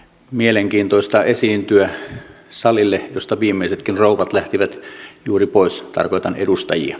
mielenkiintoista esiintyä salille josta viimeisetkin rouvat lähtivät juuri pois tarkoitan edustajia